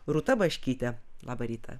rūta baškyte labą rytą